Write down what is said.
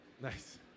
Nice